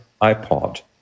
iPod